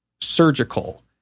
surgical